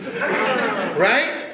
Right